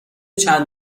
چند